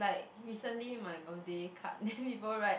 like recently my birthday card then people write